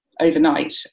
overnight